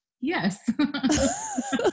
Yes